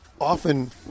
often